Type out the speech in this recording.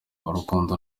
urukundo